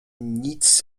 nic